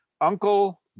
Uncle